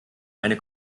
eine